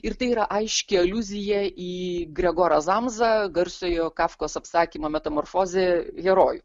ir tai yra aiški aliuzija į gregorą zamūą garsiojo kafkos apsakymo metamorfozė herojų